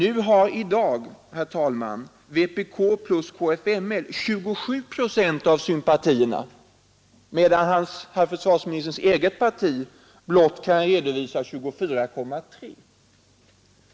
I dag, herr talman, har vpk plus KFML 27 procent av sympatierna, medan herr försvarsministerns eget parti blott kan redovisa 24,3 procent.